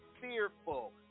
fearful